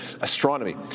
Astronomy